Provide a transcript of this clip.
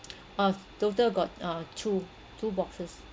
oh total got uh two two boxes